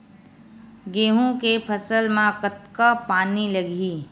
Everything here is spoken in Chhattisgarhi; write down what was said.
गेहूं के फसल म कतका पानी लगही?